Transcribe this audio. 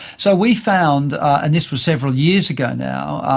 so we found, and this was several years ago now,